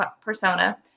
persona